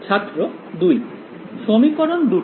ছাত্র 2 সমীকরণ দুটি